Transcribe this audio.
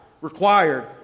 required